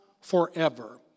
forever